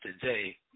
today